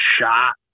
shot